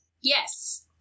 Yes